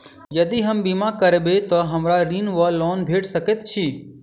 यदि हम बीमा करबै तऽ हमरा ऋण वा लोन भेट सकैत अछि?